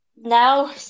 now